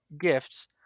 gifts